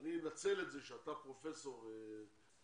אני אנצל את זה שאתה פרופסור לרפואה,